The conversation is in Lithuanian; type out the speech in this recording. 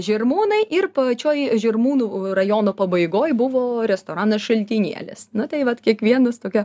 žirmūnai ir pačioj žirmūnų rajono pabaigoj buvo restoranas šaltinėlis na tai vat kiekvienas tokia